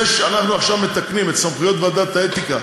זה שאנחנו עכשיו מתקנים את סמכויות ועדת האתיקה,